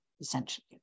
essentially